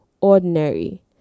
ordinary